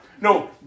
no